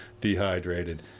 dehydrated